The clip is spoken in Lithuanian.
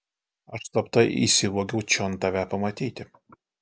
aš slapta įsivogiau čion tavęs pamatyti